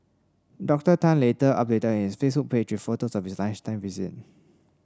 Doctor Tan later updated his Facebook page photos of his lunchtime visit